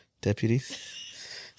deputies